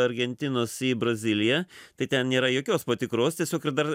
argentinos į braziliją tai ten nėra jokios patikros tiesiog ir dar